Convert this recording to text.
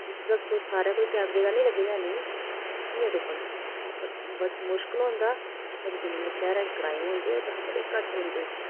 इत्थें ते सारे कोई कैमरे ते नी लग्गे दे हैन नी कियां तुप्पना बट बट मुश्कल होंदा पर जिन्ने शैह्रा च क्राइम होंदे ओह्दे हां बड़े घट्ट होंदे इत्थें